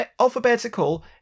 alphabetical